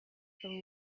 been